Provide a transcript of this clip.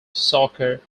soccer